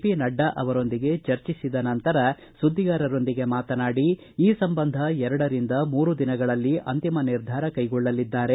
P Nadda ಅವರೊಂದಿಗೆ ಚರ್ಚಿಸಿದ ನಂತರ ಸುದ್ದಿಗಾರರೊಂದಿಗೆ ಮಾತನಾಡಿ ಈ ಸಂಬಂಧ ಎರಡರಿಂದ ಮೂರು ದಿನಗಳಲ್ಲಿ ಅಂತಿಮ ನಿರ್ಧಾರ ಕೈಗೊಳ್ಳಲಿದ್ದಾರೆ